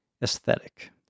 aesthetic